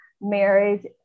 marriage